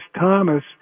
Thomas